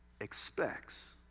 expects